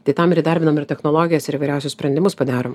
tai tam ir įdarbinom ir technologijas ir įvairiausius sprendimus padarom